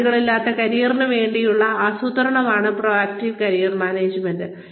അതിരുകളില്ലാത്ത കരിയറിന് വേണ്ടിയുള്ള ആസൂത്രണമാണ് പ്രോആക്ടീവ് കരിയർ മാനേജ്മെന്റ്